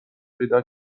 پیدا